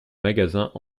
magasins